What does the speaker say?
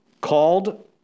called